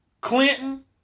Clinton